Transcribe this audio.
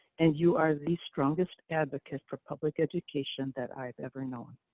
and you are the strongest advocate for public education that i've ever known.